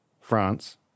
France